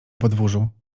podwórzu